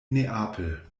neapel